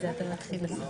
הנוסח.